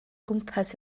gwmpas